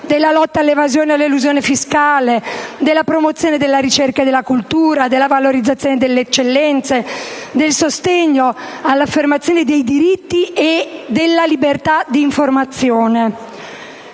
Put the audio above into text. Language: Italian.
corruzione, all'evasione e all'elusione fiscale, alla promozione della ricerca e della cultura, alla valorizzazione delle eccellenze, al sostegno e all'affermazione dei diritti e della libertà di informazione.